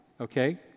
okay